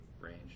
range